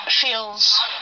feels